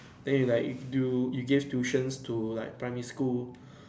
then you like you do you give tuitions to like primary school